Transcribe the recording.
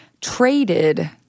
traded